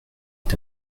est